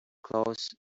close